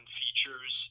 features